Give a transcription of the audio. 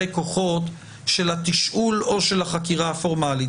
כוחות של התשאול או של החקירה הפורמלית.